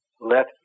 Let